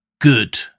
Good